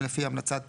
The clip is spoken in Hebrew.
מופיע פה שזה מתחלף?